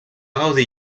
gaudir